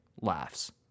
laughs